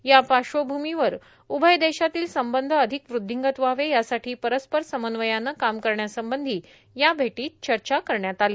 या पार्श्वभूमीवर उभय देशातील संबध अधिक वृद्धींगत व्हावे यासाठी परस्पर समन्वयानं काम करण्यासंबधी या भेटीत चर्चा करण्यात आली